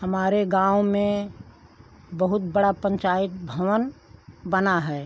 हमारे गाँव में बहुत बड़ा पंचायत भवन बना है